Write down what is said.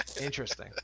Interesting